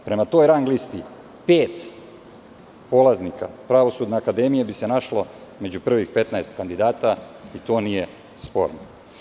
Prema toj rang listi, pet polaznika Pravosudne akademije bi se našlo među prvih 15 kandidata i to nije sporno.